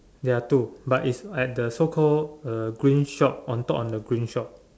ya two but is at the so called uh green shop on top on the green shop